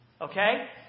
Okay